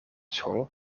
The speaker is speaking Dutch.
school